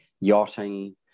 yachting